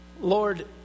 Lord